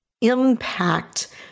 impact